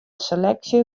seleksje